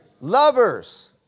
Lovers